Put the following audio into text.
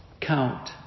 count